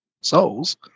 souls